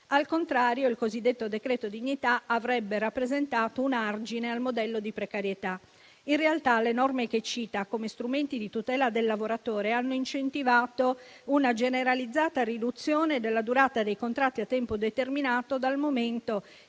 Al contrario, il cosiddetto decreto dignità avrebbe rappresentato un argine al modello di precarietà. In realtà, le norme che cita come strumenti di tutela del lavoratore hanno incentivato una generalizzata riduzione della durata dei contratti a tempo determinato, dal momento